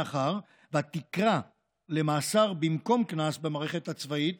מאחר שהתקרה למאסר במקום קנס במערכת הצבאית